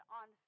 on